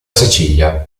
sicilia